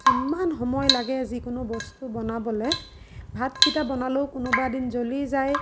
ইমান সময় লাগে যিকোনো বস্তু বনাবলৈ ভাতকেইটা বনালেও কোনোবা এদিন জ্বলি যায়